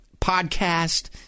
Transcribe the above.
podcast